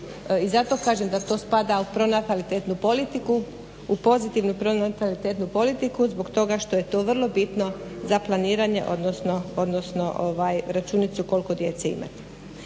pronatalitetnu politiku, u pozitivnu pronatalitetnu politiku zbog toga što je to vrlo bitno za planiranje odnosno računicu koliko djece imati.